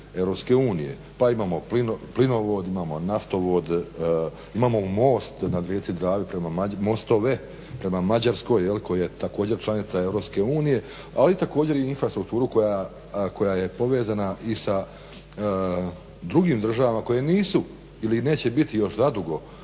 Pa imao plinovod, imamo naftovod, imamo most na rijeci Dravi prema, mostove prema Mađarskoj koja je također članica EU, ali također i infrastrukturu koja je povezana i sa drugim državama koje nisu ili neće biti još zadugo